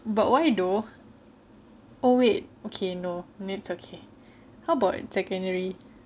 but why though oh wait okay no it's okay how about secondary